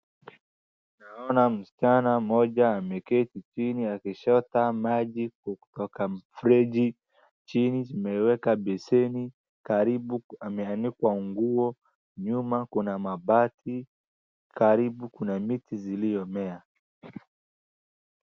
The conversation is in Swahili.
Naona msichana mmoja ameketi chini akichota maji kutoka mfereji. Chini ameweka beseni karibu ameanikwa nguo, nyuma kuna mabati, karibu kuna miti ziliomea.